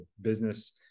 business